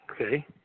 Okay